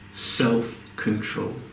self-control